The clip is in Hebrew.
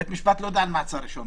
בית משפט לא יודע על מעצר ראשון,